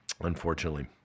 unfortunately